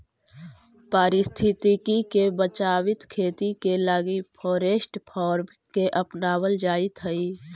पारिस्थितिकी के बचाबित खेती करे लागी फॉरेस्ट फार्मिंग के अपनाबल जाइत हई